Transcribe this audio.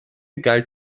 galt